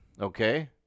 Okay